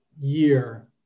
year